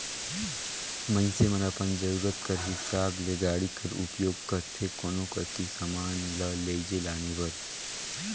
मइनसे मन अपन जरूरत कर हिसाब ले गाड़ी कर उपियोग करथे कोनो कती समान ल लेइजे लाने बर